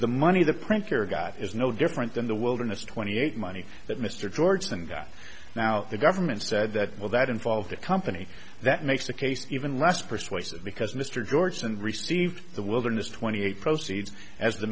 the money the printer got is no different than the wilderness twenty eight money that mr george then got now the government said that well that involved a company that makes the case even less persuasive because mr george and received the wilderness twenty eight proceeds as the